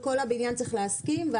וכל הבניין צריך להסכים?